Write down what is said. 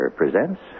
presents